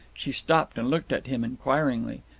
she stopped and looked at him inquiringly.